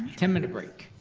ten minute break.